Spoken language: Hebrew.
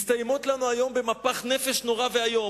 מסתיימות לנו היום במפח-נפש נורא ואיום.